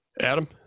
Adam